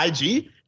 IG